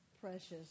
precious